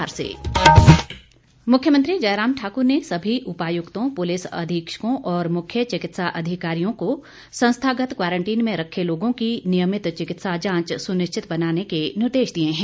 मुख्यमंत्री निर्देश मुख्यमंत्री जयराम ठाकुर ने सभी उपायुक्तों पुलिस अधीक्षकों और मुख्य चिकित्सा अधिकारियों को संस्थागत क्वारंटीन में रखे लोगों की नियमित चिकित्सा जांच सुनिश्चित बनाने के निर्देश दिए हैं